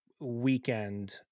weekend